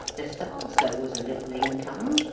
the sarser was a little income,